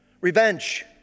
Revenge